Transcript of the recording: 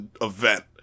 event